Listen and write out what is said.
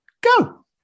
go